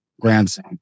grandson